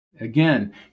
Again